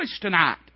tonight